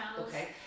okay